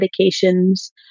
medications